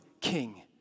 king